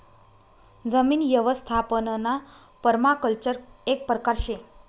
जमीन यवस्थापनना पर्माकल्चर एक परकार शे